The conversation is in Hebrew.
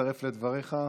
מצטרף לדבריך.